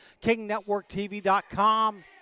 KingNetworkTV.com